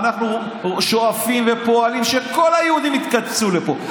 ואנחנו שואפים ופועלים שכל היהודים יתקבצו לפה.